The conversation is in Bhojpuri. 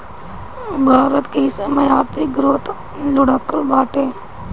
भारत के इ समय आर्थिक ग्रोथ लुढ़कल बाटे